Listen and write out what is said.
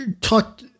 talk